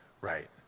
Right